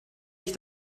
ich